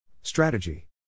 Strategy